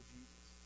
Jesus